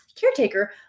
caretaker